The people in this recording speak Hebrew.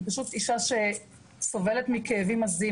היא פשוט אישה שסובלת מכאבים עזים,